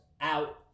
out